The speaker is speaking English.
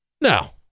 now